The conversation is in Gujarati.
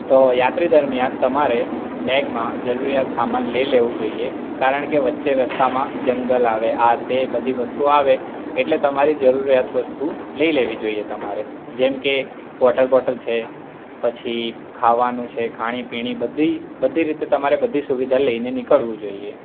તો યાત્રા દરમ્યાન તમારે બેગમાં જરૂરીયાત સમાન લઈ લેવું જોઈએ કારણકે વચ્ચે રસ્તામાં જંગલ આવે આ તે બધી બધી વસ્તુ આવે એટલે તમારી જરૂરિયાત વસ્તુ લઈ લેવી જોઈએ તમારે જેમ કે વોટર બોટલ છે પછી ખાવાનું છે ખાણીપીણી બધી રીતે તમારે બધી સુવિધા લઈને નીકળવું જોઈએ